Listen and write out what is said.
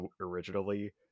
originally